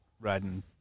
riding